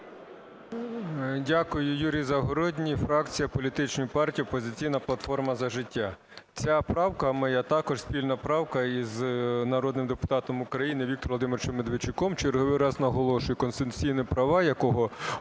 Дякую. Юрій Загородній, фракція політичної партії "Опозиційна платформа - За життя". Ця правка моя також спільна правка із народним депутатом України Віктором Володимировичем Медведчуком. Черговий раз наголошую, конституційні права якого